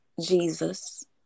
Jesus